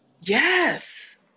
Yes